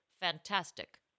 fantastic